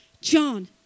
John